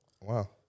Wow